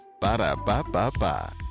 Ba-da-ba-ba-ba